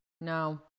No